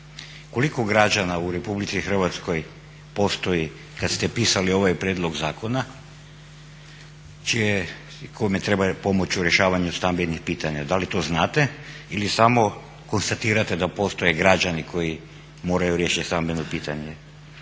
Koliko građana u Republici Hrvatskoj postoji kad ste pisali ovaj prijedlog zakona kome treba pomoć u rješavanju stambenih pitanja. Da li to znate ili samo konstatirate da postoje građani koji moraju riješit stambeno pitanje.